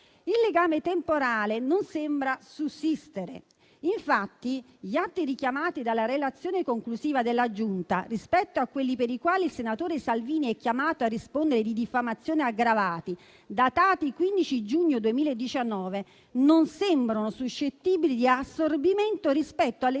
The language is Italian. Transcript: Il legame temporale non sembra sussistere. Infatti, gli atti richiamati dalla relazione conclusiva della Giunta rispetto a quelli per i quali il senatore Salvini è chiamato a rispondere di diffamazione aggravata, datati 15 giugno 2019, non sembrano suscettibili di assorbimento rispetto alle